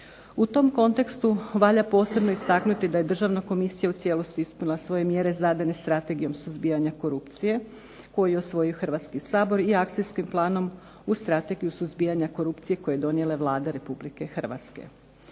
U tom kontekstu valja posebno istaknuti da je Državna komisija u cijelosti uspjela svoje mjere zadane Strategijom suzbijanja korupcije koje je usvojio Hrvatski sabor i akcijskim planom uz Strategiju suzbijanja korupcije koju je donijela Vlada Republike Hrvatske.